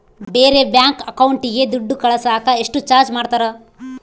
ಬೇರೆ ಬ್ಯಾಂಕ್ ಅಕೌಂಟಿಗೆ ದುಡ್ಡು ಕಳಸಾಕ ಎಷ್ಟು ಚಾರ್ಜ್ ಮಾಡತಾರ?